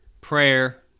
prayer